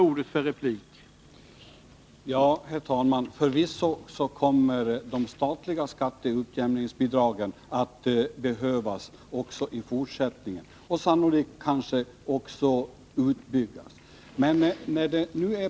Herr talman! Förvisso kommer de statliga skatteutjämningsbidragen att behövas också i fortsättningen, och sannolikt kommer de också att byggas ut.